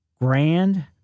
Grand